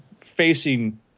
facing